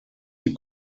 die